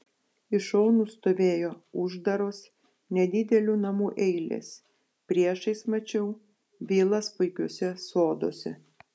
iš šonų stovėjo uždaros nedidelių namų eilės priešais mačiau vilas puikiuose soduose